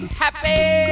happy